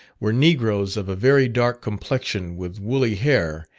were negroes of a very dark complexion with woolly hair,